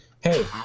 Hey